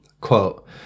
quote